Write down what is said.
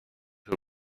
who